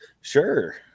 Sure